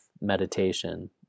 meditation